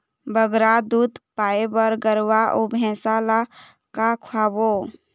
बगरा दूध पाए बर गरवा अऊ भैंसा ला का खवाबो?